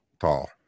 tall